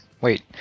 wait